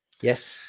Yes